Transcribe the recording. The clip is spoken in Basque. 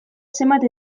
zenbat